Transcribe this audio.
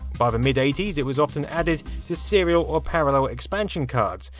by the mid eighty s, it was often added to serial or parallel expansion cards,